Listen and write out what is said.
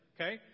okay